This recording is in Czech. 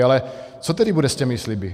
Ale co tedy bude s těmi sliby?